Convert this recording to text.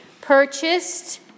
purchased